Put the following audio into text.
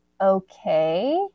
okay